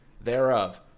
thereof